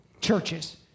Churches